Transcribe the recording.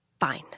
Fine